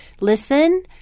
listen